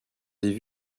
des